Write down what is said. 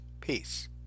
Peace